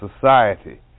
society